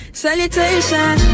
salutation